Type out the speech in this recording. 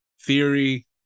Theory